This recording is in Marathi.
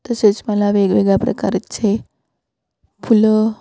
तसेच मला वेगवेगळ्या प्रकारचे फुलं